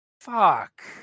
Fuck